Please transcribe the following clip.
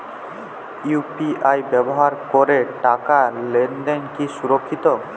UPI ব্যবহার করে টাকা লেনদেন কি সুরক্ষিত?